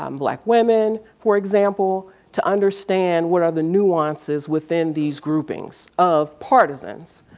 um black women, for example to understand what are the nuances within these groupings of partisans.